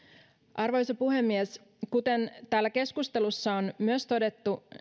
arvoisa puhemies kuten täällä keskustelussa on myös todettu